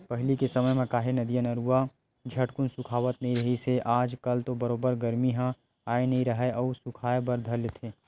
पहिली के समे म काहे नदिया, नरूवा ह झटकून सुखावत नइ रिहिस हे आज कल तो बरोबर गरमी ह आय नइ राहय अउ सुखाय बर धर लेथे